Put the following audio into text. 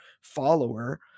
follower